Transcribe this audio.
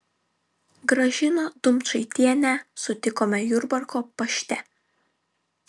gražiną dumčaitienę sutikome jurbarko pašte